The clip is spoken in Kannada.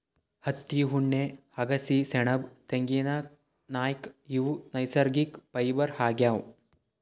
ಹತ್ತಿ ಉಣ್ಣೆ ಅಗಸಿ ಸೆಣಬ್ ತೆಂಗಿನ್ಕಾಯ್ ಇವ್ ನೈಸರ್ಗಿಕ್ ಫೈಬರ್ ಆಗ್ಯಾವ್